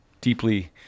deeply